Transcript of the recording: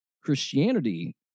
Christianity